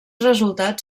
resultats